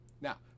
Now